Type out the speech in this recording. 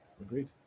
agreed